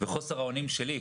וחוסר האונים שלי,